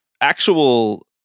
actual